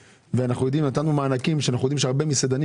נתנו מענקים שאנחנו יודעים שהרבה מסעדנים